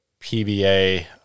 PBA